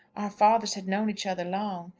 fathers had known each other long.